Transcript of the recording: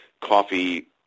coffee